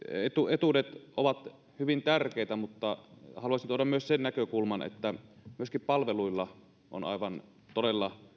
etuudet ovat hyvin tärkeitä mutta haluaisin tuoda myös sen näkökulman että myöskin palveluilla on aivan todella